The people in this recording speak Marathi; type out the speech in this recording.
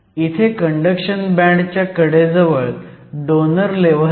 इथे कंडक्शन बँडच्या कडेजवळ डोनर लेव्हल आहे